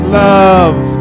love